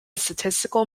statistical